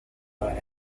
para